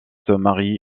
henri